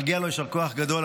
מגיע לו יישר כוח גדול.